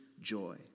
joy